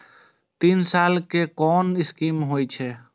तीन साल कै कुन स्कीम होय छै?